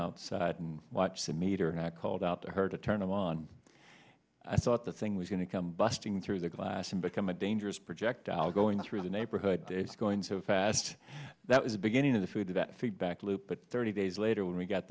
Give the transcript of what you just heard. outside and watch the meter and i called out to her to turn on i thought the thing was going to come busting through the glass and become a dangerous projectile going through the neighborhood days going so fast that was the beginning of the food that feed back loop but thirty days later when we got